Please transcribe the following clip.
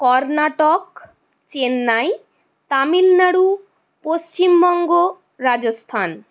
Karnataka Chennai Tamil Nadu Paschimbanga Rajasthan